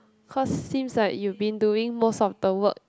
because seems like you've been doing most of the work